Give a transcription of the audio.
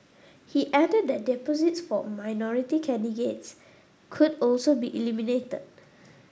he added that deposits for minority candidates could also be eliminated